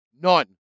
None